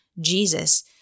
Jesus